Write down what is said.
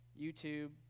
YouTube